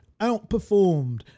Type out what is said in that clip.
outperformed